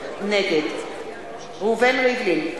נגד ראובן ריבלין,